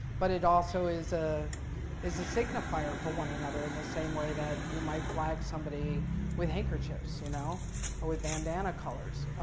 but it also is ah is a signifier for one another in the same way that you might flag somebody with handkerchiefs you know or with bandana colors.